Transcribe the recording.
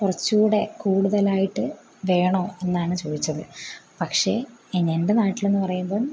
കുറച്ചുകൂടെ കൂടുതലായിട്ട് വേണോ എന്നാണ് ചോദിച്ചത് പക്ഷേ എൻ്റെ നാട്ടിലെന്ന് പറയുമ്പം